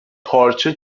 پارچه